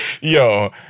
Yo